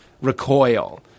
recoil